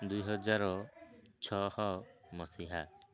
ଦୁଇ ହଜାର ଛଅ ମସିହା